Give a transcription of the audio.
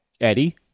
Eddie